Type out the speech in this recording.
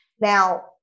Now